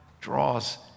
draws